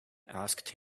asked